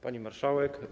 Pani Marszałek!